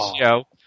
show